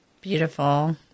Beautiful